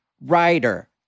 writer